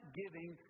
giving